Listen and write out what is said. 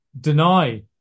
deny